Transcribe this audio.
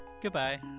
Goodbye